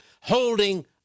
Holding